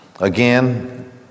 again